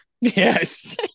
yes